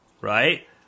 right